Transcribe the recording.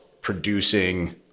producing